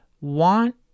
want